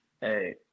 Hey